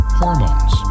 hormones